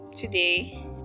today